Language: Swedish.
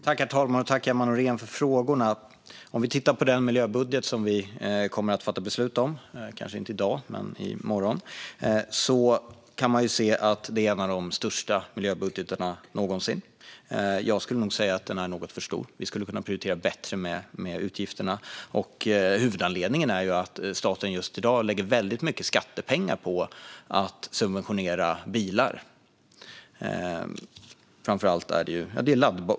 Herr talman! Tack för frågorna, Emma Nohrén. Den miljöbudget som vi kommer att fatta beslut om - kanske inte i dag, men i morgon - är en av de största miljöbudgetarna någonsin. Jag skulle nog säga att den är något för stor. Man skulle kunna prioritera bättre bland utgifterna. Huvudanledningen är att staten lägger väldigt mycket skattepengar på att subventionera bilar.